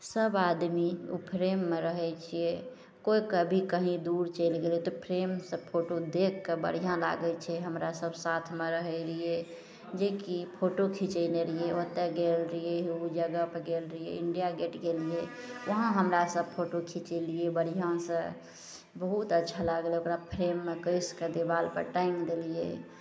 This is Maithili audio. सब आदमी ओ फ्रेममे रहय छियै कोइ कभी कहीं दूर चलि गेलय तऽ फ्रेमसँ फोटो देख कऽ बढ़िआँ लागय छै हमरा सब साथमे रहय रहियै जेकी फोटो खिचेने रहियै ओतऽ गेल रहियै उ जगहपर गेल रहियै इंडिया गेट गेलियै वहाँ हमरा सब फोटो खिचेलियै बढ़िआँसँ बहुत अच्छा लगलय ओकरा फ्रेममे कसि कऽ देवालपर टाङ्गि देलियै